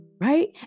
Right